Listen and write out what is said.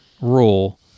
rule